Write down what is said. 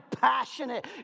passionate